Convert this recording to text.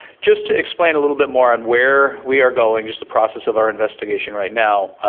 just to explain a little bit more on where we are going, just the process of our investigation right now,